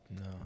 No